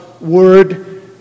Word